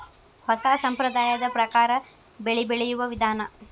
ಹೊಸಾ ಸಂಪ್ರದಾಯದ ಪ್ರಕಾರಾ ಬೆಳಿ ಬೆಳಿಯುವ ವಿಧಾನಾ